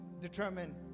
determine